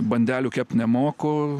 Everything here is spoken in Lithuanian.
bandelių kept nemoku